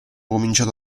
cominciato